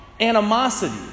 animosity